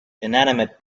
inanimate